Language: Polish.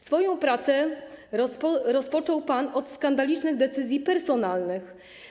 Swoją pracę rozpoczął pan od skandalicznych decyzji personalnych.